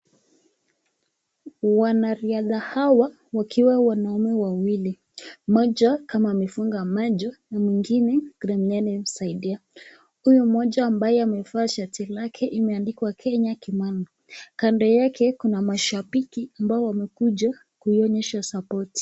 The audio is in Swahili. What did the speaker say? Wanariadha hawa wakiwa wanaume wawili, mmoja kama amefunga macho na mwingine anayemsaidia, huyu mmoja ambaye amevaa shati lake imeandikwa Kenya, Kimani. Kando yake kuna mashabiki ambao wamekuja kuonyesha sapoti.